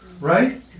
right